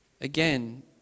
again